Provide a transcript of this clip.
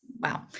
wow